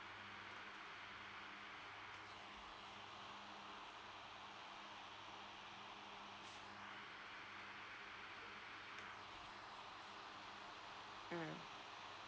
mm